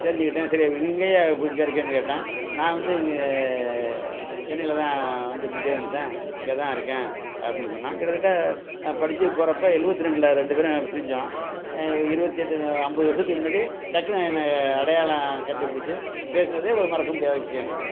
தெரிஞ்சுக்கிட்டேன் சரி நீ இங்கேயா இப்போ இங்கே இருக்கான்னு கேட்டேன் நான் வந்து இங்கே சென்னையில் தான் வந்து முன்னாடியே வந்துவிட்டேன் இங்கே தான் இருக்கேன் அப்பிடின்னு சொன்னான் கிட்டத்தட்ட படிச்சுட்டு போகிறப்ப எழுவத்து ரெண்டில் ரெண்டு பேரும் பிரிஞ்சோம் இருபத்தி எட்டு ஐம்பது வருஷத்துக்கு முன்னாடி டக்குன்னு என்ன அடையாளம் கண்டுபிடுச்சி பேசினதே ஒரு மறக்க முடியாத விஷயம் எனக்கு